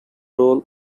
role